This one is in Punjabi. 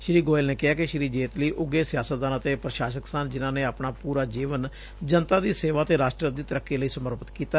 ਸ਼੍ਰੀ ਗੋਇਲ ਨੇ ਕਿਹੈ ਕਿ ਸ਼੍ਰੀ ਜੇਤਲੀ ਉੱਘੇ ਸਿਆਸਤਦਾਨ ਅਤੇ ਪ੍ਰਸ਼ਾਸਕ ਸਨ ਜਿਨ੍ਹਾ ਨੇ ਆਪਣਾ ਪੂਰਾ ਜੀਵਨ ਜਨਤਾ ਦੀ ਸੇਵਾ ਅਤੇ ਰਾਸਟਰ ਦੀ ਤਰੱਕੀ ਲਈ ਸਮਰਪਿਤ ਕੀਤਾ